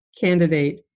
candidate